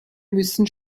müssen